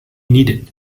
needed